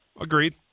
Agreed